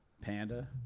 Panda